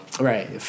right